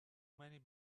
many